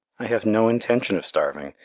i have no intention of starving,